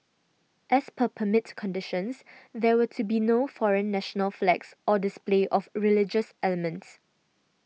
as per permit conditions there were to be no foreign national flags or display of religious elements